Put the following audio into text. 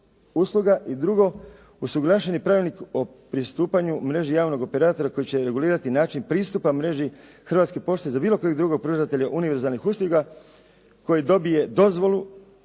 usluga. I drugo, usuglašen je Pravilnik o pristupanju mreži javnog operatora koji će regulirati način pristupa mreži Hrvatske pošte za bilo kojeg proizvoditelja univerzalnih usluga koji dobije dozvolu